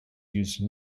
use